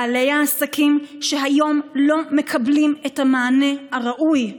בעלי העסקים שהיום לא מקבלים את המענה הראוי.